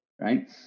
right